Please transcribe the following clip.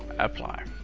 apply.